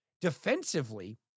defensively